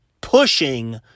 pushing